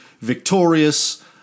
victorious